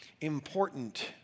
important